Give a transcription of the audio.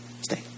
stay